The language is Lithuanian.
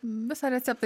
visą receptą